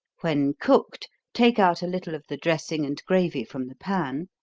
when cooked, take out a little of the dressing and gravy from the pan,